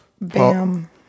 Bam